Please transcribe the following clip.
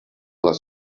les